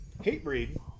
Hatebreed